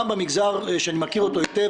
גם במגזר שאני מכיר היטב,